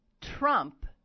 Trump